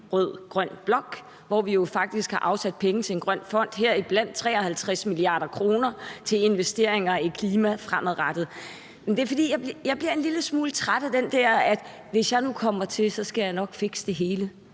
rød-grøn blok, hvor vi jo faktisk har afsat penge til en grøn fond, heriblandt 53 mia. kr. til investeringer i klima fremadrettet. Det siger jeg, fordi jeg bliver en lille smule træt af den der hvis jeg nu kommer til, skal jeg nok fikse det